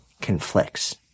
conflicts